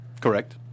Correct